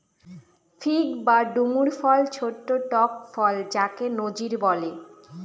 fig বা ডুমুর ফল ছোট্ট টক ফল যাকে নজির বলে